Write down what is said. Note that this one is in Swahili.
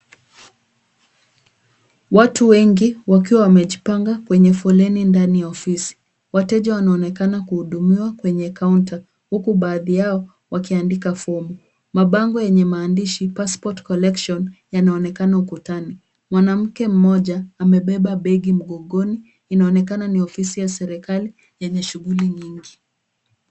Watu wengi wakiwa wamejipanga kwenye foleni ndani ya ofisi. Wateja wanaonekana kuhudumiwa kwenye counter huku baadhi yao wakiandika fomu. Mabango yenye maandishi passport collection yanaonekana ukutani. Mwanamke mmoja amebeba begi mgongoni. Inaonekana ni ofisi ya serikali yenye shughuli nyingi.